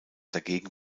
dagegen